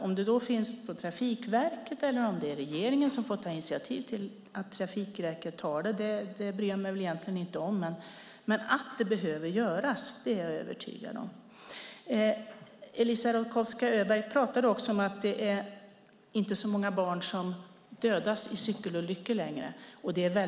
Om det är Trafikverket eller regeringen som tar initiativet bryr jag mig inte om - men att det behöver göras är jag övertygad om. Eliza Roszkowska Öberg talade också om att det inte är så många barn som dödas i cykelolyckor längre.